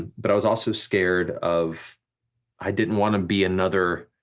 but i was also scared of i didn't wanna be another,